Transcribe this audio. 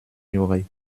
ignorer